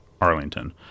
Arlington